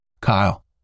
Kyle